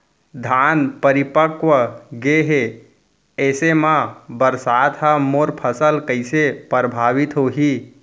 धान परिपक्व गेहे ऐसे म बरसात ह मोर फसल कइसे प्रभावित होही?